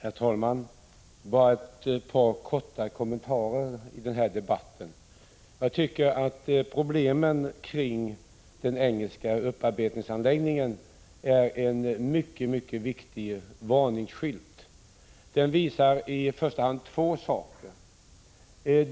Herr talman! Jag skall göra bara ett par korta kommentarer i denna debatt. Problemen kring den engelska upparbetningsanläggningen är en mycket viktig varningsskylt. Den visar i första hand två saker.